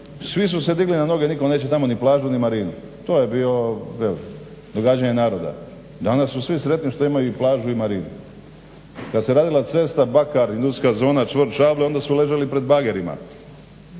svi su se digli na noge, nitko neće tamo ni plažu ni marinu. To je bilo događanje naroda. Danas su svi sretni što imaju i plažu i marinu. Kad se radila cesta Bakar-industrijska zona-Čvor … onda su ležali pred bagerima,